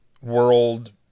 world